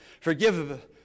Forgive